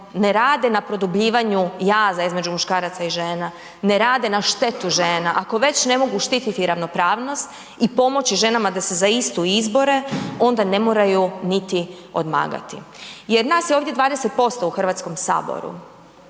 ne rade na produbljivanju jaza između muškaraca i žena, ne rade na štetu žena. Ako već ne mogu štititi ravnopravnost i pomoći ženama da se za istu izbore onda ne moraju niti odmagati. Jer nas je ovdje 20% u Hrvatskom saboru